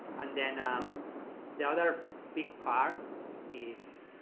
and then um the other big part is